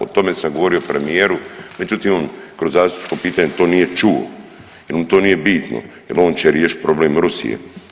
O tome sam govorio premijeru, međutim on kroz zastupničko pitanje to nije čuo, jer mu to nije bitno, jer on će riješit problem Rusije.